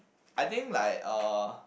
I think like uh